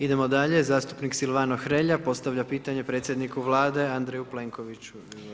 Idemo dalje, zastupnik Silvano Hrelja postavlja pitanje predsjedniku Vlade, Andreju Plenkoviću.